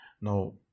Now